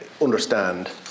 understand